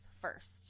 first